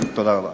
תודה רבה.